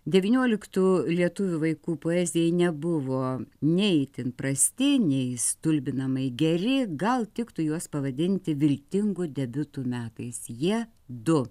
devynioliktų lietuvių vaikų poezijai nebuvo nei itin prasti nei stulbinamai geri gal tiktų juos pavadinti viltingų debiutų metais jie du